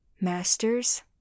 Masters